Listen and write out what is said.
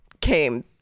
came